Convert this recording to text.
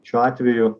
šiuo atveju